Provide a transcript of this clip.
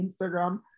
Instagram